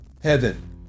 heaven